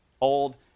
old